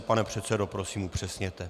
Pane předsedo, prosím, upřesněte.